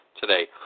today